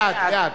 בעד.